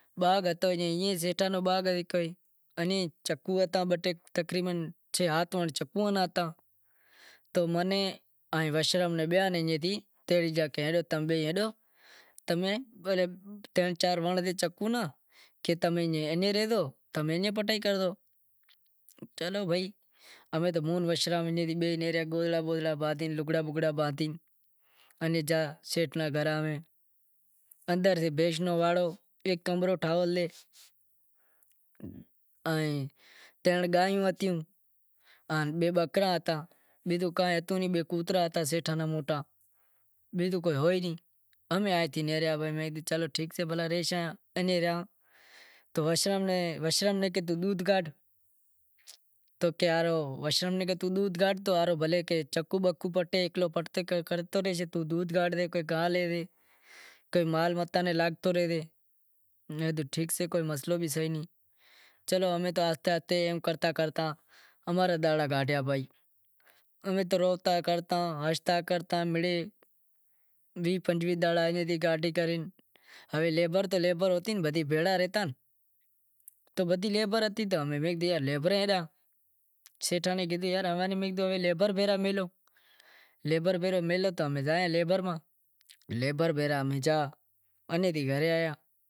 تمیں ہالو اوں ناں وشرام بئی نیہریا سیٹھ نی گھراں اندر سے بھینش نو واڑو ایک کمرو ٹھاول سے ترن گایوں ہتیوں ان بئے بکرا ہتا بیزو کائیں ہتو نہیں کترا ہتا سیٹھاں را موٹا، امیں آئے نیہریا کہ چلو ٹھیک سے بھلا رہشاں، تو وشران نیں کیدہو تو توں ڈودھ کاڈھ تو بھلیں چکوں بکوں پٹے ہیکلو تو مال نیں گاہ ناکھتو رہے، چلو امیں تو آہستے آہستے ایم کرتا کرتا ماں را دہاڑا کاڈھیا بھائی۔ امیں تو ہنشتا کرتا ویہہ پنجویہہ دہاڑا ایم تھی کاڈھے کرے ہوے لیبر تو لیبر ہوتی بدی بھیڑا رہتا سیٹھاں نیں کیدہو کہ امیں لیبر تھی میلہو تو امیں زایاں لیبر ماں، لیبر بھیگا امیں